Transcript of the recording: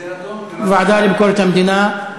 ההצעה להעביר את הנושא לוועדה לענייני ביקורת המדינה נתקבלה.